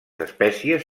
espècies